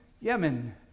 Yemen